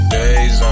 days